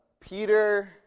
Peter